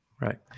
Right